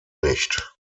nicht